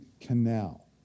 canal